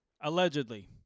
Allegedly